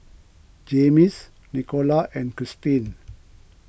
Jaymes Nicola and Christeen